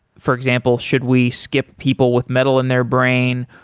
for example, should we skip people with metal in their brain?